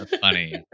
funny